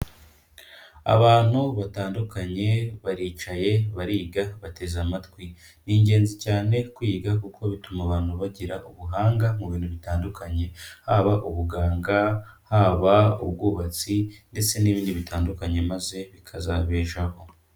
Abantu batandukanye baricaye, bariga, bateze amatwi. Ni ingenzi cyane kwiga kuko bituma abantu bagira ubuhanga mu bintu bitandukanye, haba ubuganga, haba ubwubatsi ndetse n'ibindi bitandukanye maze bikazababeshaho.